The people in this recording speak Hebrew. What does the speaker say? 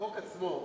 בחוק עצמו,